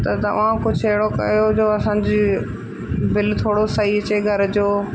त तव्हां कुझु अहिड़ो कयो जो असांजी बिल थोरो सही अचे घर जो